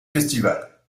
festival